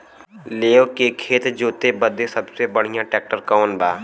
लेव के खेत जोते बदे सबसे बढ़ियां ट्रैक्टर कवन बा?